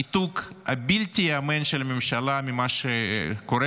הניתוק הבלתי-ייאמן של הממשלה ממה שקורה